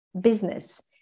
business